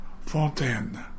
Fontaine